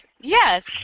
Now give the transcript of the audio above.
Yes